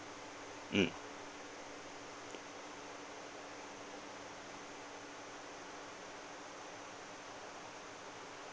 mm